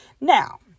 Now